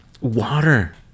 water